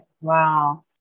Wow